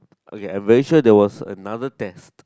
okay I am very sure there was another test